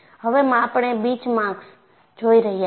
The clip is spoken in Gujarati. હવે આપણે બીચમાર્ક્સ જોઈ રહ્યા છીએ